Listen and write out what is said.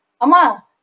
Ama